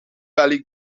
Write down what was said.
valley